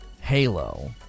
Halo